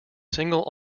single